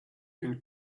can